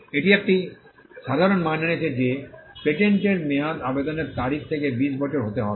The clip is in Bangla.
এটি একটি সাধারণ মান এনেছে যে পেটেন্টের মেয়াদ আবেদনের তারিখ থেকে 20 বছর হতে হবে